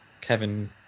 Kevin